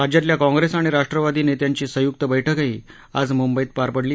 राज्यातल्या काँग्रेस आणि राष्ट्रवादी नेत्यांची संयुक्त बैठकही आज मुंबईत पार पडली